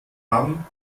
haben